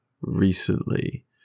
recently